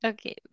Okay